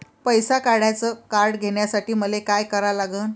पैसा काढ्याचं कार्ड घेण्यासाठी मले काय करा लागन?